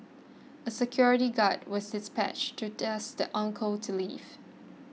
a security guard was dispatched to ask the uncle to leave